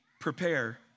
prepare